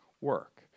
work